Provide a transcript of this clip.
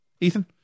Ethan